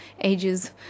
ages